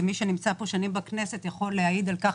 מי שנמצא שנים בכנסת יכול להעיד על כך